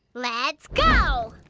let's go!